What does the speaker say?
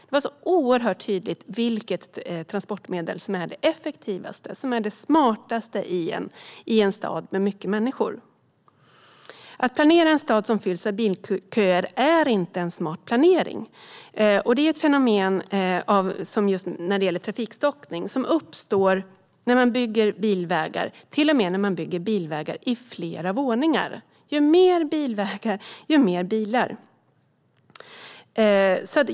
Det var så tydligt vilket transportmedel som är det effektivaste och smartaste i en stad med mycket människor. Att planera en stad som fylls av bilköer är inte en smart planering. Trafikstockning är ett fenomen som uppstår när man bygger bilvägar, till och med när man bygger bilvägar i flera våningar. Ju mer bilvägar, desto fler bilar.